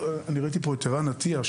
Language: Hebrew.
ראיתי פה את ערן עטיה,